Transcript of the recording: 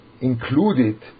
included